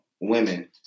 women